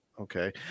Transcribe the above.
Okay